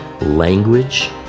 language